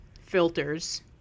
filters